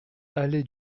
allée